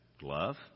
love